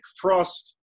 Frost